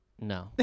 No